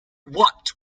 what